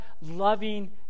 loving